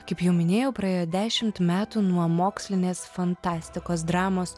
kaip jau minėjau praėjo dešimt metų nuo mokslinės fantastikos dramos